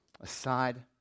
Aside